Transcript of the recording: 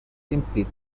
simply